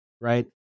right